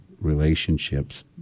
relationships